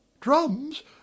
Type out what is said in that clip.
Drums